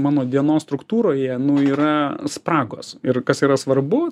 mano dienos struktūroje nu yra spragos kas yra svarbu